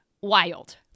wild